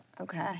Okay